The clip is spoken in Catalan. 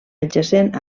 adjacent